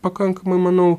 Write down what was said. pakankamai manau